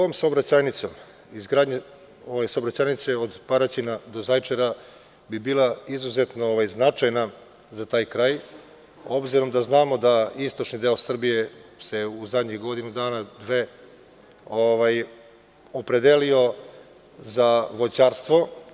Izgradnja ove saobraćajnice od Paraćina do Zaječara bi bila izuzetno značajna za taj kraj, obzirom da znamo da istočni deo Srbije se u zadnjih godinu, dve dana, opredelio za voćarstvo.